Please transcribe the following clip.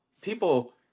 people